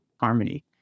harmony